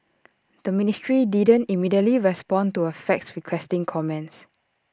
the ministry didn't immediately respond to A fax requesting comments